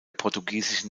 portugiesischen